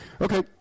Okay